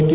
T